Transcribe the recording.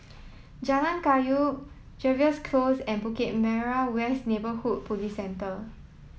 Jalan Kayu Jervois Close and Bukit Merah West Neighbourhood Police Centre